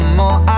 more